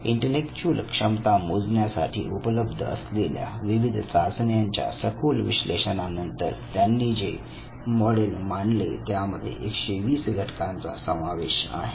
intellectual क्षमता मोजण्यासाठी उपलब्ध असलेल्या विविध चाचण्यांच्या सखोल विश्लेषणानंतर त्यांनी जे मॉडेल मांडले त्यामध्ये 120 घटकांचा समावेश आहे